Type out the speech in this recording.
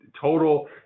total